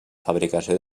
fabricació